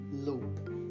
loop